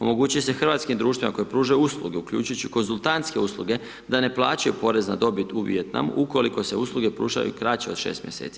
Omogućuje se hrvatskih društvima koje pružaju usluge, uključujući konzultantske usluge, da ne plaćaju porez na dobit u Vijetnamu ukoliko se usluge pružaju kraće od 6 mjeseci.